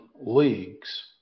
leagues